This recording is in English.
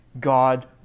God